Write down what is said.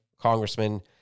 Congressman